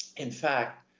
in fact,